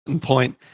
point